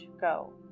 go